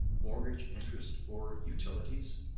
mortgage interest, or utilities.